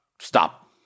Stop